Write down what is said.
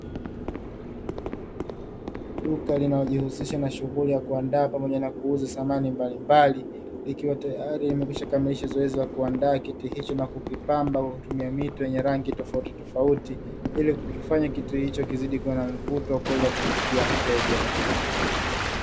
Duka linalojihusisha na shughuli ya kuandaa pamoja na kuuza samani mbalimbali, ikiwa tayari limekwisha kamilisha zoezi la kuandaa kitu hicho na kukipamba kwa mito yenye rangi tofautitofauti, ili kuweza kukifanya kitu hicho kiwe na mvuto wa kuweza kumvutia mteja.